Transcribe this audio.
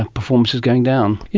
and performance is going down. yeah